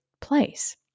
place